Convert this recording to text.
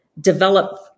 develop